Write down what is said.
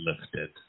lifted